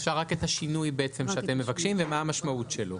אפשר רק את השינוי שאתם מבקשים ומה המשמעות שלו.